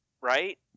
Right